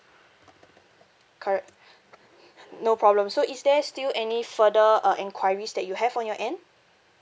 correct no problem so is there still any further uh enquiries that you have on your end